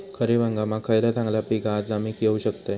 खरीप हंगामाक खयला चांगला पीक हा जा मी घेऊ शकतय?